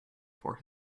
for